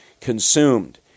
consumed